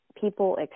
people